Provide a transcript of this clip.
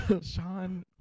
Sean